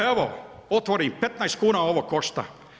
Evo, otvori, 15 kn ovo košta.